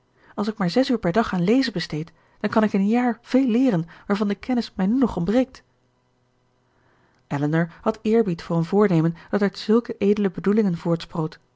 als ik maar zes uur per dag aan lezen besteed dan kan ik in een jaar veel leeren waarvan de kennis mij nu nog ontbreekt elinor had eerbied voor een voornemen dat uit zulke edele bedoelingen voortsproot